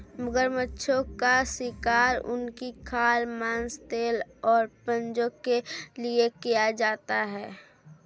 मगरमच्छों का शिकार उनकी खाल, मांस, तेल और पंजों के लिए किया जाता है